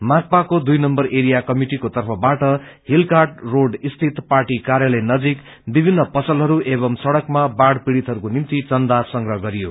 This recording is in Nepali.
माकपाको दुई नम्बर एरिया कमिटीको तर्फबाट हिलर्काट रोड़ स्थित पार्टी र्कायालय नजिक विभिन्न पसलहरू एवम् सङ्कमा बाढ़ पीड़ितहरूको निम्ति चन्दा संग्रह गरे